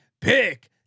Pick